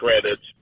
credits